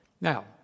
Now